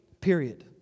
period